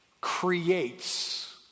creates